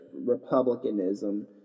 Republicanism